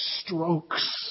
strokes